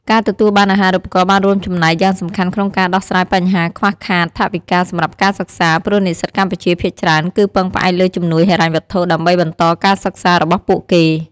ការទទួលបានអាហារូបករណ៍បានរួមចំណែកយ៉ាងសំខាន់ក្នុងការដោះស្រាយបញ្ហាខ្វះខាតថវិកាសម្រាប់ការសិក្សា ព្រោះនិស្សិតកម្ពុជាភាគច្រើនគឺពឹងផ្អែកលើជំនួយហិរញ្ញវត្ថុដើម្បីបន្តការសិក្សារបស់ពួកគេ។